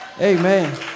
Amen